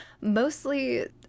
mostly